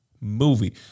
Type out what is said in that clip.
movie